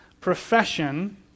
profession